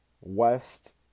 West